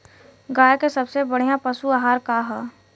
गाय के सबसे बढ़िया पशु आहार का ह?